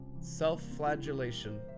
Self-flagellation